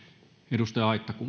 arvoisa